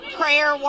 prayer